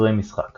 ספרי משחק